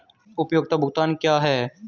उपयोगिता भुगतान क्या हैं?